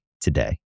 today